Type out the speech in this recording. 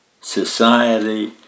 Society